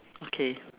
okay